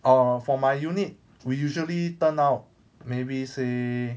err for my unit we usually turn out maybe say